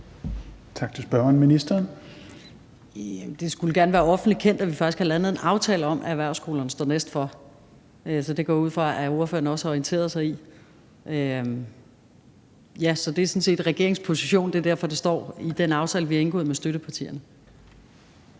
Det skulle gerne være offentligt kendt, at vi faktisk har landet en aftale om, at erhvervsskolerne står næst for. Så det går jeg ud fra ordføreren også har orienteret sig om. Det er sådan set regeringens position. Det er derfor, det står i den aftale, vi har indgået med støttepartierne.